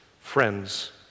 friends